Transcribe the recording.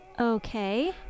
Okay